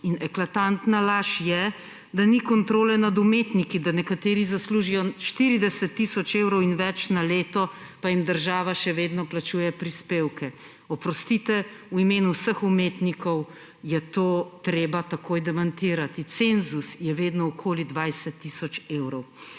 in eklatantna laž je, da ni kontrole nad umetniki, da nekateri zaslužijo 40 tisoč evrov in več na leto pa jim država še vedno plačuje prispevke. Oprostite, v imenu vseh umetnikov je to treba takoj demantirati. Cenzus je vedno okoli 20 tisoč evrov,